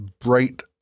bright